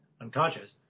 unconscious